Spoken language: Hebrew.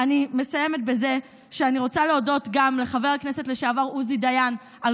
אני מסיימת בזה שאני רוצה להודות גם לחבר הכנסת לשעבר עוזי דיין על